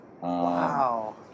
Wow